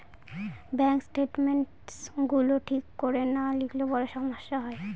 bank statements গুলো ঠিক করে না লিখলে পরে সমস্যা হয়